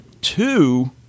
two